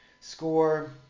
Score